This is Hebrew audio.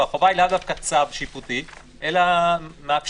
והחובה היא לאו דווקא צו שיפוטי אלא מאפשר